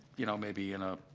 you know, maybe, you know,